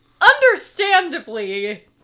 understandably